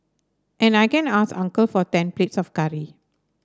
and I can ask uncle for ten plates of curry